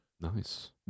nice